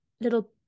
little